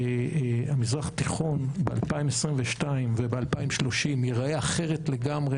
המזרח התיכון ב-2022 וב-2030 ייראה אחרת לגמרי